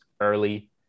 early